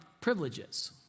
privileges